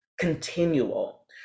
continual